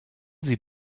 sie